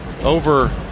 over